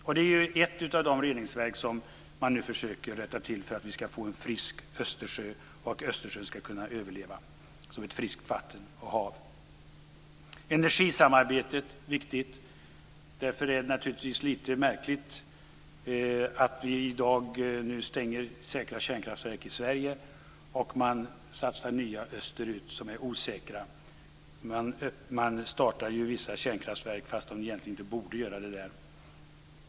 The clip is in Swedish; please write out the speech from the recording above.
Detta är ett av de reningsverk som man nu försöker rätta till för att vi ska få en frisk Östersjö och så att Östersjön ska kunna överleva som ett friskt vatten och hav. Energisamarbetet är också viktigt. Därför är det naturligtvis lite märkligt att vi i dag stänger säkra kärnkraftverk i Sverige medan man satsar på nya österut som är osäkra. Man startar ju vissa kärnkraftverk där fast man egentligen inte borde göra det.